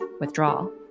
withdrawal